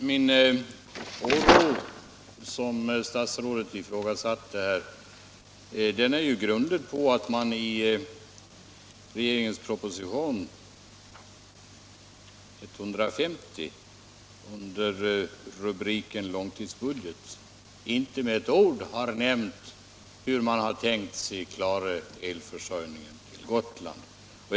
Herr talman! Min oro som statsrådet ifrågasatte är ju grundad på att man i regeringens proposition nr 150 under rubriken Långtidsbudget inte med ett ord har nämnt hur man har tänkt sig att klara elförsörjningen på Gotland.